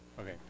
okay